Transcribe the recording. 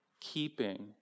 keeping